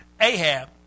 Ahab